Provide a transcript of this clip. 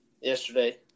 yesterday